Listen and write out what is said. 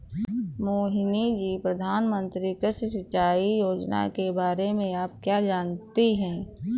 मोहिनी जी, प्रधानमंत्री कृषि सिंचाई योजना के बारे में आप क्या जानती हैं?